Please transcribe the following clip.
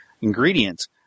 ingredients